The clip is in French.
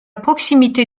proximité